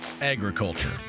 agriculture